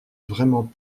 vraiment